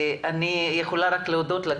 אני אוכל רק להודות לה,